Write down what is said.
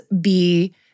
be-